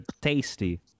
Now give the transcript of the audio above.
tasty